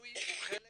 המינוי הוא חלק